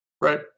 right